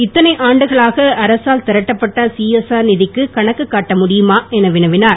இத்தனை ஆண்டுகளாக அரசால் திரட்டப்பட்ட சிஎஸ்ஆர் நிதிக்கு கணக்கு காட்ட முடியுமா என வினவினார்